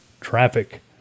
traffic